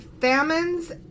famines